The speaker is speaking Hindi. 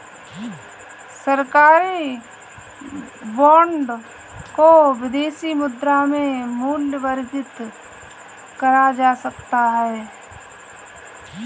सरकारी बॉन्ड को विदेशी मुद्रा में मूल्यवर्गित करा जा सकता है